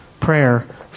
prayer